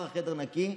כבר החדר נקי,